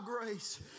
grace